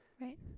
Right